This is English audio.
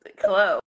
hello